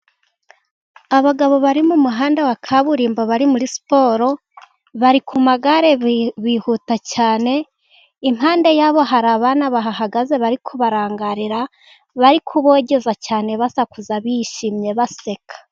Abagabo bari mu muhanda wa kaburimbo bari muri siporo, bari ku magare bihuta cyane, impande yabo hari abana bahagaze bari kubarangarira, bari kubogeza cyane basakuza, bishimye, baseka.